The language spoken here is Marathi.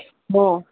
हो